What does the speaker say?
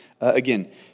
again